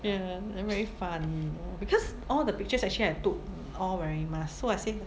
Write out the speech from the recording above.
ya then very funny because all the pictures actually I took all wearing mask so I say